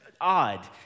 odd